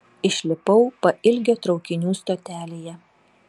išlipau pailgio traukinių stotelėje